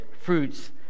fruits